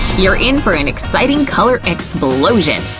you're in for an exciting color explosion!